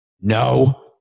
No